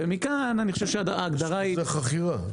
יש אישורי חכירה.